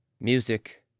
Music